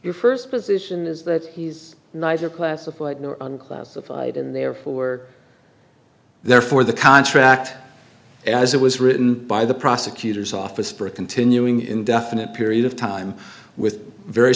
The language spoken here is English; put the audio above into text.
your first position is that he's neither classified classified and therefore therefore the contract as it was written by the prosecutor's office for a continuing indefinite period of time with very